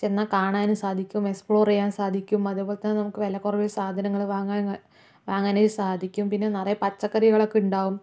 ചെന്നാൽ കാണാനും സാധിക്കും എക്സ്പ്ലോർ ചെയ്യാൻ സാധിക്കും അതുപോലെ തന്നെ നമുക്ക് വിലക്കുറവിൽ സാധനങ്ങൾ വാങ്ങാൻ വാങ്ങാനായി സാധിക്കും പിന്നെ നിറയെ പച്ചക്കറികളൊക്കെ ഉണ്ടാകും